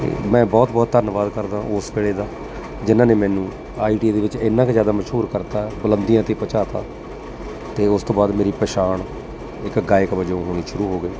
ਮੈਂ ਬਹੁਤ ਬਹੁਤ ਧੰਨਵਾਦ ਕਰਦਾ ਉਸ ਵੇਲੇ ਦਾ ਜਿਹਨਾਂ ਨੇ ਮੈਨੂੰ ਆਈ ਟੀ ਆਈ ਦੇ ਵਿੱਚ ਇੰਨਾਂ ਕੁ ਜ਼ਿਆਦਾ ਮਸ਼ਹੂਰ ਕਰਤਾ ਬੁਲੰਦੀਆਂ 'ਤੇ ਪਹੁੰਚਾ ਤਾ ਅਤੇ ਉਸ ਤੋਂ ਬਾਅਦ ਮੇਰੀ ਪਹਿਚਾਣ ਇੱਕ ਗਾਇਕ ਵਜੋਂ ਹੋਣੀ ਸ਼ੁਰੂ ਹੋ ਗਈ